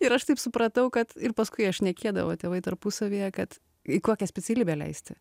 ir aš taip supratau kad ir paskui jie šnekėdavo tėvai tarpusavyje kad į kokią specialybę leisti